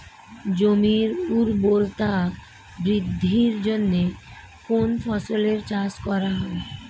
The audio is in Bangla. জমির উর্বরতা বৃদ্ধির জন্য কোন ফসলের চাষ করা হয়?